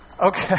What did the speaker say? Okay